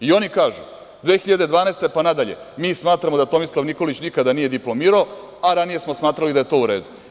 I, oni kažu, 2012. godine pa nadalje, mi smatramo da Tomislav Nikolić nikada nije diplomirao, a ranije smo smatrali da je to u redu.